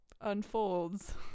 unfolds